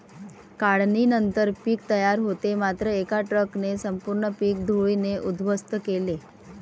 काढणीनंतर पीक तयार होते मात्र एका ट्रकने संपूर्ण पीक धुळीने उद्ध्वस्त केले